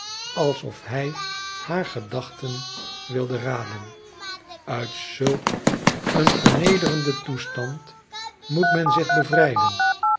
alsof hij haar gedachten wilde raden uit zulk een vernederenden toestand moet men zich bevrijden